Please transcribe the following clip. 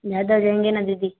ज़्यादा हो जाएंगे ना दीदी